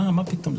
מה פתאום?